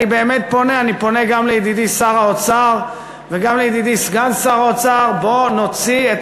אני גם פונה לידידי שר האוצר ולידידי סגן שר האוצר: בוא נוציא את